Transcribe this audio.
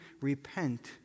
repent